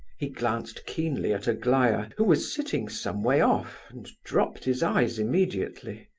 he glanced keenly at aglaya, who was sitting some way off, and dropped his eyes immediately.